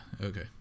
Okay